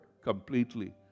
completely